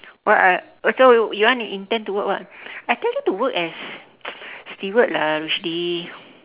what are oh so you want to intend to work what I tell you to work as steward lah rushdi